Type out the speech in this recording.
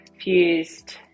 fused